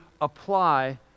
apply